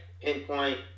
pinpoint